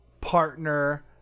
partner